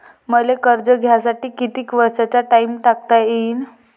मले कर्ज घ्यासाठी कितीक वर्षाचा टाइम टाकता येईन?